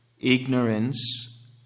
ignorance